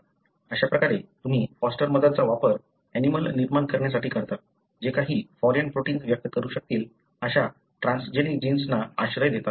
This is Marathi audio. अशाप्रकारे तुम्ही फॉस्टर मदरचा वापरऍनिमलं निर्माण करण्यासाठी करता जे काही फॉरेन प्रोटिन्स व्यक्त करू शकतील अशा ट्रान्सजेनिक जीन्सना आश्रय देतात